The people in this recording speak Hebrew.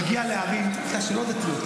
מגיע לערים לא דתיות,